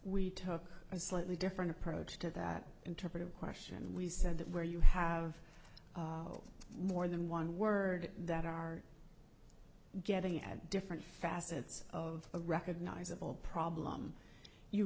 we took a slightly different approach to that interpretive question and we said that where you have more than one word that are getting at different facets of a recognizable problem you